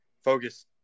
focus